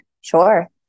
Sure